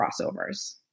crossovers